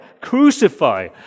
Crucify